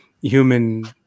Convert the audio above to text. human